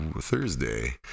Thursday